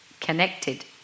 connected